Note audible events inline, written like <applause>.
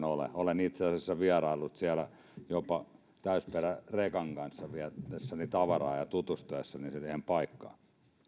<unintelligible> ole olen itse asiassa vieraillut siellä jopa täysperärekan kanssa viedessäni tavaraa ja tutustuessani siihen heidän paikkaansa